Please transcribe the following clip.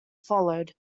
followed